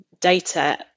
data